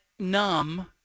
numb